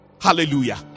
Hallelujah